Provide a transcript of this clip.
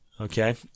Okay